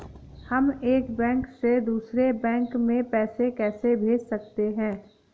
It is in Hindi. हम एक बैंक से दूसरे बैंक में पैसे कैसे भेज सकते हैं?